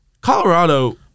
Colorado